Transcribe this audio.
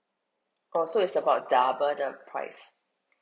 oh so it's about double the price